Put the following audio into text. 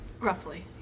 roughly